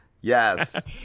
Yes